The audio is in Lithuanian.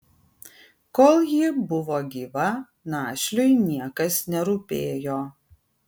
kol ji buvo gyva našliui niekas nerūpėjo